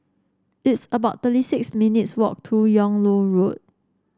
it's about thirty six minutes' walk to Yung Loh Road